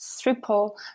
triple